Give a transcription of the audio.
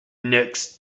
next